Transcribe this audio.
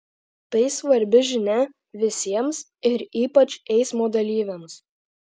tai svarbi žinia visiems ir ypač eismo dalyviams